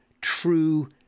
true